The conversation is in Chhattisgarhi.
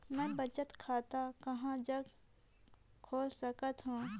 मैं बचत खाता कहां जग खोल सकत हों?